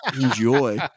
Enjoy